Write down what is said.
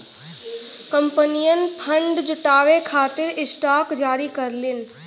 कंपनियन फंड जुटावे खातिर स्टॉक जारी करलीन